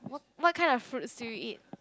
what kind of fruits do you eat